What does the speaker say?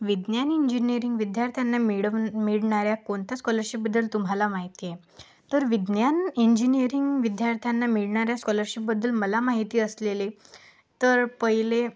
विज्ञान इंजिनीअरिंग विद्यार्थ्यांना मिळ मिळणाऱ्या कोणत्या स्कॉलरशिपबद्दल तुम्हाला माहिती आहे तर विज्ञान इंजिनीअरिंग विद्यार्थ्यांना मिळणाऱ्या स्कॉलरशिपबद्दल मला माहिती असलेले तर पहिले